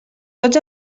tots